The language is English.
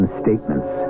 statements